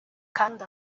kandi